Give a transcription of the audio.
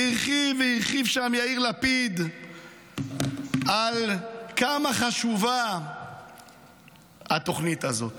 והרחיב והרחיב שם יאיר לפיד על כמה חשובה התוכנית הזאת.